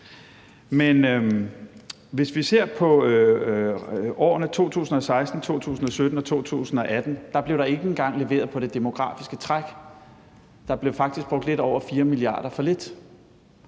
Men hvis vi ser på årene 2016, 2017 og 2018, så blev der ikke engang leveret på det demografiske træk. Der blev faktisk brugt lidt over 4 mia. kr. for lidt.